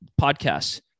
podcasts